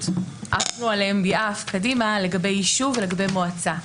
עברו עליהם ביעף קדימה לגבי יישוב ולגבי מועצה.